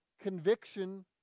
conviction